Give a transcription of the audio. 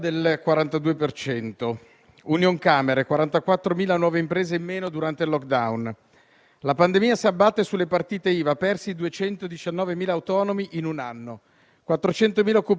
Avete pensato alle piazze in termini virtuali o in termini liquidi? Le periferie senza servizi, tagliati in nome delle politiche di austerità, diventano infatti periferie liquide, invisibili.